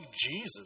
Jesus